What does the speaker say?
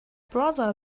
brother